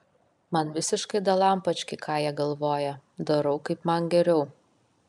man visiškai dalampački ką jie galvoja darau kaip man geriau